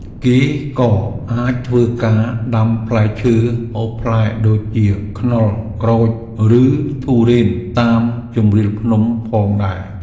គេក៏អាចធ្វើការដាំផ្លែឈើហូបផ្លែដូចជា ខ្នុរ ក្រូច ឬធុរេនតាមជម្រាលភ្នំផងដែរ។